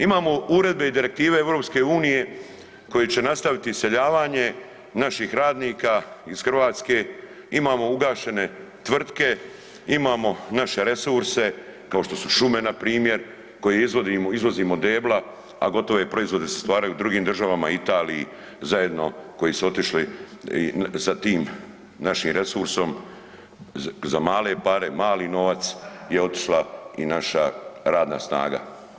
Imamo uredbe i direktive EU koje će nastaviti iseljavanje naših radnika iz Hrvatske, imamo ugašene tvrtke, imamo naše resurse kao što su šume npr. koje izvozimo debla, a gotove proizvode se stvaraju u drugim državama Italiji zajedno koji su otišli sa tim našim resursom za male pare, mali novac je otišla i naša radna snaga.